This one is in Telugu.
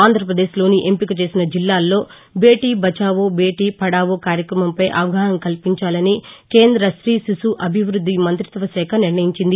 ఆంధ్రప్రదేశ్ లోని ఎంపికచేసిన జిల్లాల్లో బేటీ బచావో భేట పడావో కార్యక్రమంపై అవగాహన కల్పించాలని కేంద్ర స్ట్రీ శిశు అభివృద్ది మంతిత్వ శాఖ నిర్ణయించింది